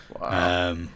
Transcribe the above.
Wow